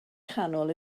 canol